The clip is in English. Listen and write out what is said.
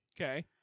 Okay